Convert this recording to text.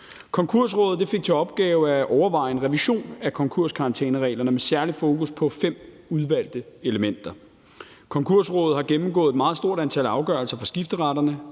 Konkursrådet fik til opgave at overveje en revision af konkurskarantænereglerne med særlig fokus på fem udvalgte elementer. Konkursrådet har gennemgået et meget stort antal afgørelse fra skifteretterne,